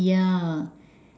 yeah